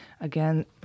Again